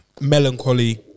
melancholy